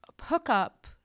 hookup